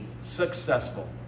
successful